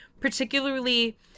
particularly